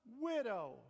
widow